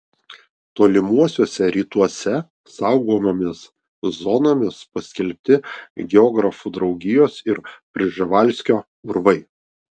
tolimuosiuose rytuose saugomomis zonomis paskelbti geografų draugijos ir prževalskio urvai